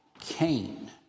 Cain